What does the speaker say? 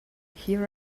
here